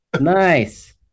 Nice